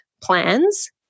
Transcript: plans